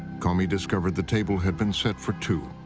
comey discovered the table had been set for two.